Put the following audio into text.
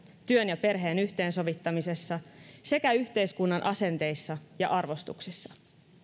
työn ja perheen yhteensovittamisessa sekä yhteiskunnan asenteissa ja arvostuksissa